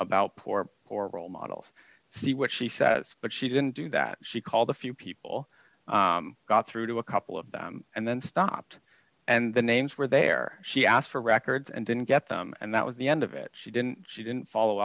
about poor poor role models see what she said but she didn't do that she called a few people got through to a couple of them and then stopped and the names were there she asked for records and didn't get them and that was the end of it she didn't she didn't follow